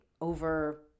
over